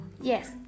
yes